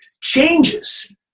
changes